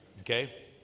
Okay